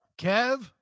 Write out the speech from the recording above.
Kev